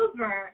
over